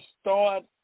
start